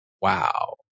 Wow